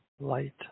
light